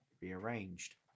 rearranged